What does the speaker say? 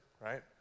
right